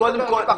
קודם כל,